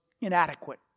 inadequate